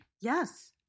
Yes